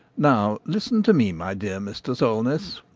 now listen to me, my dear mr. solness.